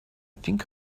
think